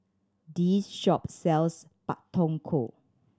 this shop sells Pak Thong Ko